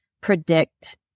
predict